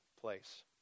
place